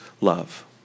love